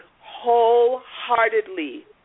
wholeheartedly